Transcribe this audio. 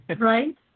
Right